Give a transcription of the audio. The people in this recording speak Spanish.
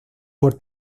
por